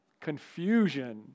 confusion